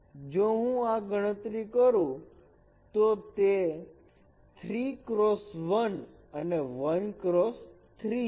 જો હું આ ગણતરી કરું તો તે 3 ક્રોસ 1 અને 1 ક્રોસ 3 છે